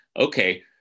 Okay